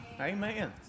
Amen